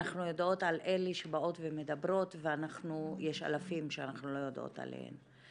אנחנו יודעות על אלה שבאות ומדברות ויש אלפים שאנחנו לא יודעות עליהן.